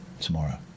tomorrow